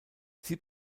sie